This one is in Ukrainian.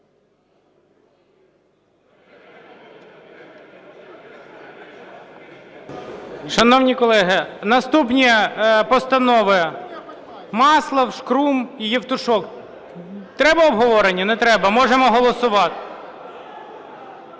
Шановні колеги! Наступні постанови, Маслов, Шкрум і Євтушок, треба обговорювання? Не треба. Можемо голосувати.